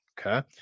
okay